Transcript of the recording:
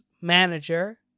manager